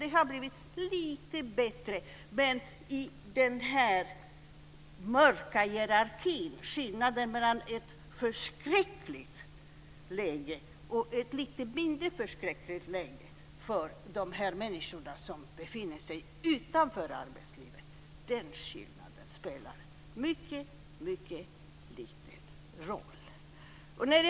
Det har blivit lite bättre, men i den här mörka hierarkin spelar skillnaden mellan ett förskräckligt läge och ett lite mindre förskräckligt läge för de människor som befinner sig utanför arbetslivet mycket liten roll.